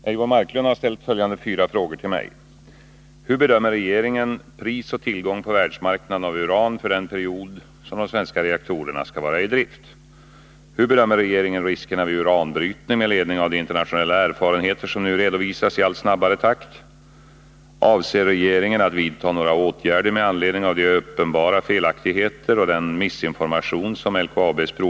Herr talman! Eivor Marklund har ställt följande fyra frågor till mig: Hur bedömer regeringen pris och tillgång på världsmarknaden av uran för den period som de svenska reaktorerna skall vara i drift? Hur bedömer regeringen riskerna vid uranbrytning med ledning av de internationella erfarenheter som nu redovisas i allt snabbare takt?